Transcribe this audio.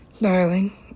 darling